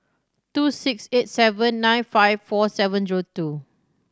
two six eight seven nine five four seven zero two